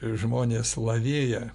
žmonės lavėja